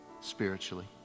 spiritually